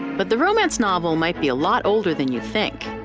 but the romance novel might be a lot older than you think.